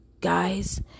guys